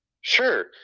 Sure